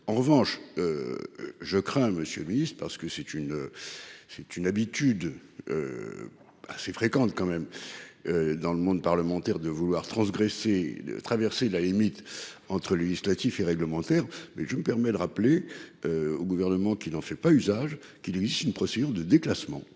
en revanche. Je crains monsieur le Ministre, parce que c'est une. C'est une habitude. Assez fréquente quand même. Dans le monde parlementaire de vouloir transgresser de traverser la limite entre le législatif et réglementaire mais je me permets de rappeler. Au gouvernement qui n'en fait pas usage qui lui une procédure de déclassement.